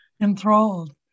enthralled